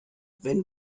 wenn